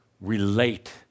relate